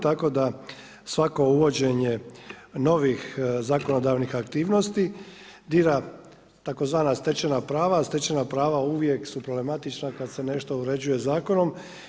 Tako da svako uvođenje novih zakonodavnih aktivnosti dira tzv. stečena prava, a stečena prava uvijek su problematična kad se nešto uređuje zakonom.